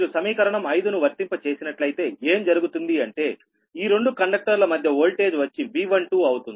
మీరు సమీకరణం అయిదు ను వర్తింప చేసినట్లయితే ఏం జరుగుతుంది అంటే ఈ రెండు కండక్టర్ ల మధ్య వోల్టేజ్ వచ్చి V12 అవుతుంది